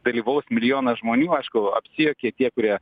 dalyvaus milijonas žmonių aišku apsijuokė tie kurie